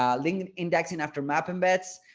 um link and indexing after map embeds.